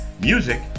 Music